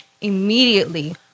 immediately